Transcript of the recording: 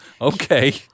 Okay